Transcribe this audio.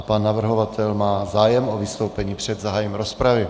Pan navrhovatel má zájem o vystoupení před zahájením rozpravy.